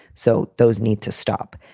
so those need to stop.